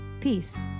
Peace